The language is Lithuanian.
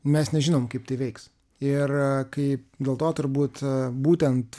mes nežinom kaip tai veiks ir kaip dėl to turbūt būtent